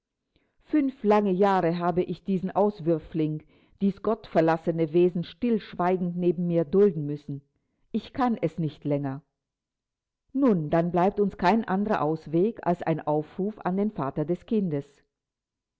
fünf lange jahre habe ich diesen auswürfling dies gottverlassene wesen stillschweigend neben mir dulden müssen ich kann es nicht länger nun dann bleibt uns kein anderer ausweg als ein aufruf an den vater des kindes